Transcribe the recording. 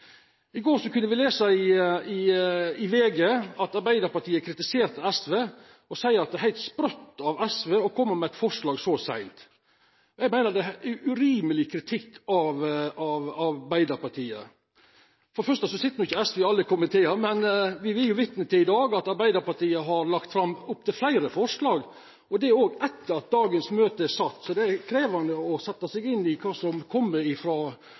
at det er heilt sprøtt av SV å koma med forslag så seint. Eg meiner dette er urimeleg kritikk frå Arbeidarpartiet. For det første sit ikkje SV i alle komitear, og me er vitne til i dag at Arbeidarpartiet har lagt fram opptil fleire forslag, òg etter at dagens møte er sett. Så det er krevjande å setja seg inn i kva som